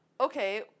Okay